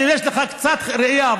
ויש לך קצת ראייה,